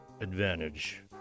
advantage